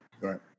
Right